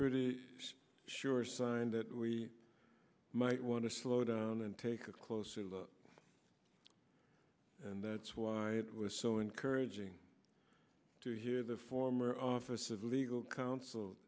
a sure sign that we might want to slow down and take a closer look and that's why it was so encouraging to hear the former office of legal counsel